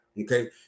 okay